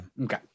Okay